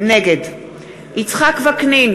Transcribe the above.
נגד יצחק וקנין,